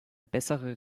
bessere